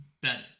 better